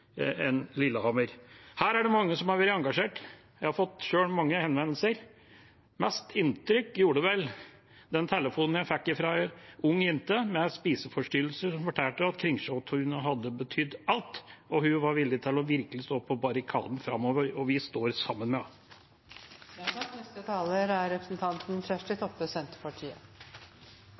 Lillehammer. Her er det mange som har vært engasjert. Jeg har sjøl fått mange henvendelser. Mest inntrykk gjorde vel den telefonen jeg fikk fra en ung jente med spiseforstyrrelser som fortalte at Kringsjåtunet hadde betydd alt, og hun var villig til virkelig å stå på barrikadene framover, og vi står sammen med